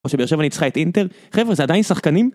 כמו שבאר שבע נצחה את אינטר, חבר'ה זה עדיין שחקנים?